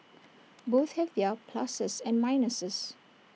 both have their pluses and minuses